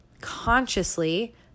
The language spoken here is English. consciously